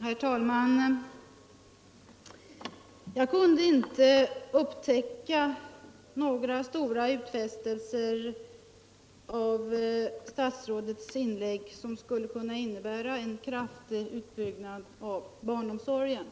Herr talman! Jag kunde inte upptäcka några stora utfästelser i statsrådets inlägg, som skulle kunna innebära en kraftig utbyggnad av barnomsorgen.